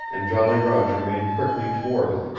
and jolly roger made quickly toward it.